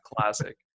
classic